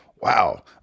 wow